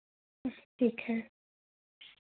ठीक है